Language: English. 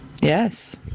Yes